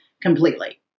completely